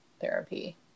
therapy